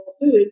foods